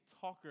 talker